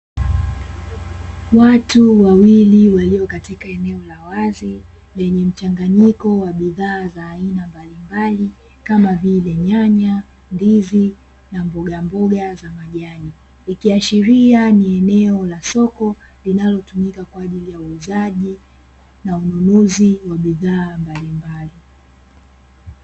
Watu wawili walio katika eneo la wazi lenye mchanganyiko wa bidhaa za aina mbalimbali, kama vile: nyanya, ndizi na mbogamboga za majani. Ikiashiria ni eneo la soko linalotumika kwa ajili ya uuzaji na ununuzi wa bidhaa mbalimbali.